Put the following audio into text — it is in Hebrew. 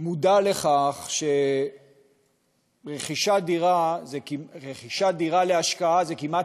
מודע לכך שרכישת דירה להשקעה היא כמעט